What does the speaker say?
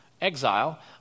exile